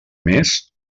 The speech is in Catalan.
més